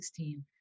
2016